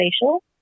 Facial